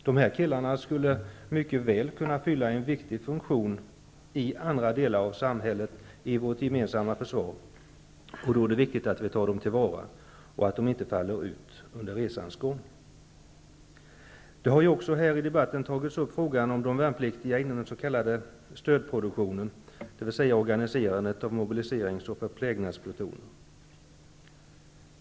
De killarna skulle mycket väl kunna fylla en viktig funktion i vårt gemensamma försvar i andra delar av samhället, och det är viktigt att vi tar tillvara dem, så att de inte faller ut under resans gång. Här i debatten har också tagits upp frågan om de värnpliktiga inom den s.k. stödproduktionen, dvs. organiserandet av mobiliserings och förplägnadsplutoner.